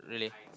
really